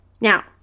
Now